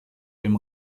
dem